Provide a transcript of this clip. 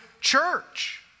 church